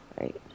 Right